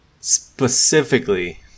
specifically